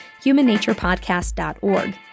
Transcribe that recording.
humannaturepodcast.org